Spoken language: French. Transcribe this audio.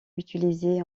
utilisés